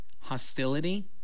hostility